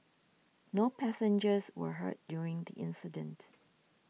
no passengers were hurt during the incident